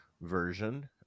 version